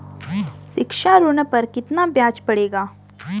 शिक्षा ऋण पर कितना ब्याज पड़ेगा?